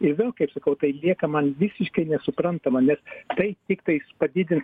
ir vėl kaip sakau tai lieka man visiškai nesuprantama nes tai tiktais padidins